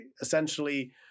essentially